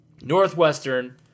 Northwestern